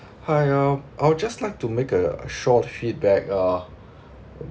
hi uh I'll just like to make a short feedback uh